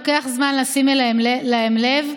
לוקח זמן לשים אליהם לב,